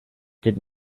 did